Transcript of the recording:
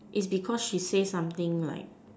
is because she say something like